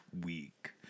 week